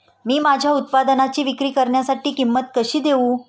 मी माझ्या उत्पादनाची विक्री करण्यासाठी किंमत कशी देऊ?